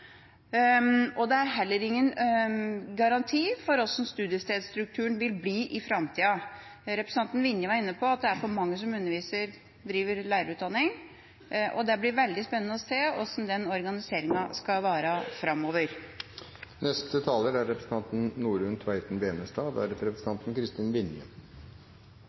fusjonen. Det er heller ingen garanti for hvordan studiestedstrukturen vil bli i framtida. Representanten Vinje var inne på at det er for mange som driver lærerutdanning. Det blir veldig spennende å se hvordan den organiseringa skal være framover.